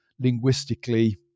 linguistically